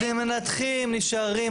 מנתחים נשארים,